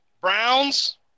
Browns